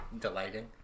Delighting